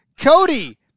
Cody